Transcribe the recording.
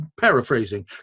paraphrasing